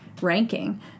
ranking